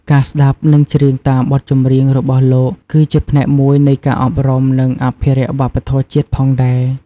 ការស្ដាប់ និងច្រៀងតាមបទចម្រៀងរបស់លោក គឺជាផ្នែកមួយនៃការអប់រំ និងអភិរក្សវប្បធម៌ជាតិផងដែរ ។